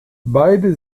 beide